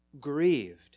Grieved